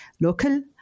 local